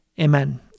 Amen